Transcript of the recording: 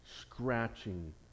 scratching